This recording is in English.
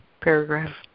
paragraph